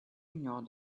ignore